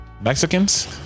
Mexicans